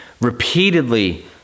repeatedly